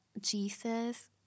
Jesus